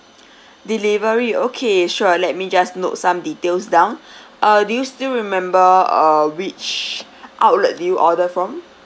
delivery okay sure let me just note some details down uh do you still remember uh which outlet did you order from